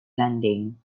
landing